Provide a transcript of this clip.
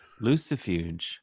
Lucifuge